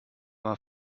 war